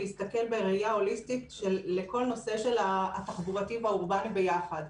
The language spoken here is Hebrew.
להסתכל בראייה הוליסטית לכל הנושא התחבורתי והאורבני ביחד.